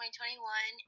2021